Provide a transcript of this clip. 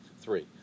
three